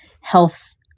health